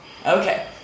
Okay